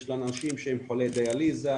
יש לנו אנשים שהם חולי דיאליזה,